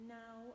now